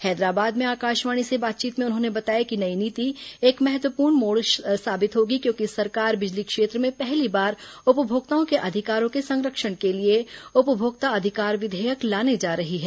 हैदराबाद में आकाशवाणी से बातचीत में उन्होंने बताया कि नई नीति एक महत्वपूर्ण मोड़ साबित होगी क्योंकि सरकार बिजली क्षेत्र में पहली बार उपभोक्ताओं के अधिकारों के संरक्षण के लिए उपभोक्ता अधिकार विधेयक लाने जा रही है